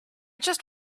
just